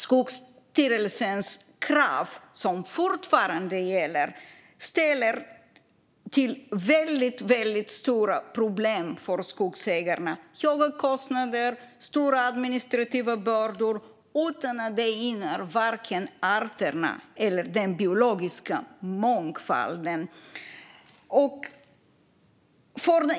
Skogsstyrelsens krav, som fortfarande gäller, ställer till väldigt stora problem för skogsägarna med höga kostnader och stora administrativa bördor utan att det gynnar vare sig arterna eller den biologiska mångfalden.